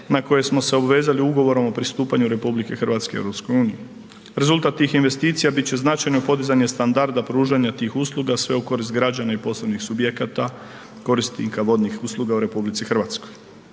na koje smo se obvezali Ugovorom o pristupanju RH EU. Rezultat tih investicija bit će značajno podizanje standarda pružanja tih usluga sve u korist građana i poslovnih subjekata korisnika vodnih usluga u RH. Također